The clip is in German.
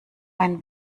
ein